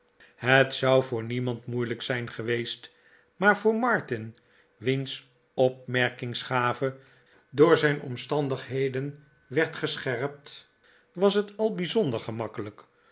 het zou voor niemand moeilijk zijn geweest maar voor martin wiens opmerkingsgave door zijn omstandigheden werd gescherpt was het al bijzonder gemakkelijk